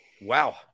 Wow